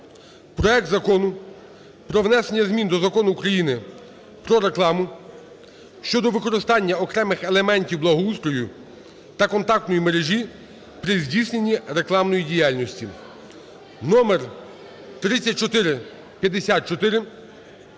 проект Закону про внесення змін до Закону України "Про рекламу" (щодо використання окремих елементів благоустрою та контактної мережі при здійсненні рекламної діяльності) (№ 3454)